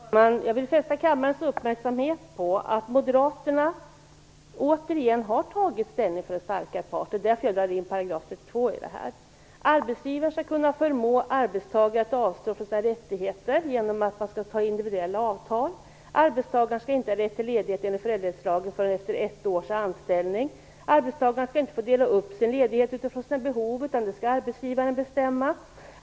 Fru talman! Jag vill fästa kammarens uppmärksamhet på att Moderaterna återigen har tagit ställning för den starkare parten. Det är därför jag drar in 32 § i detta. Arbetsgivaren skall kunna förmå arbetstagaren att avstå från sina rättigheter genom att sluta individuella avtal. Arbetstagaren skall inte ha rätt till ledighet enligt föräldraledighetslagen förrän efter ett års anställning. Arbetstagaren skall inte få dela upp sin ledighet utifrån sina behov, utan det skall arbetsgivaren bestämma.